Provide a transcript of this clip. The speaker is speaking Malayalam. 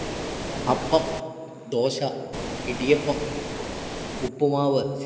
അപ്പം ദോശ ഇടിയപ്പം ഉപ്പുമാവ്